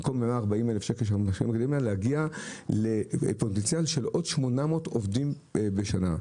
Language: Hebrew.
במקום 140 אלף שקל להגיע לפוטנציאל של עוד 800 עובדים בשנה.